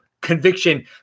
conviction